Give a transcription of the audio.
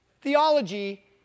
theology